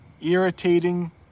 irritating